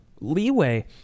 leeway